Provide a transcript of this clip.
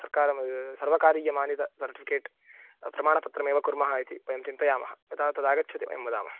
सर्कारं सर्वकारीयमानितसर्टिफ़िकेट् प्रमाणपत्रमेव कुर्मः इति वयं चिन्तयामः यतः तदागच्छति वयं वदामः